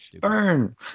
Burn